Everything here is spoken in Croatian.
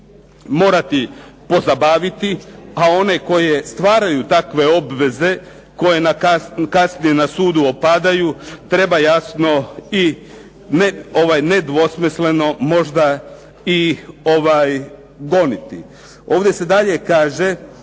morati pozabaviti. A one koji stvaraju takve obveze koje kasnije na sudu opadaju, treba jasno i nedvosmisleno goniti. Ovdje se dalje kaže,